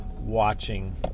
watching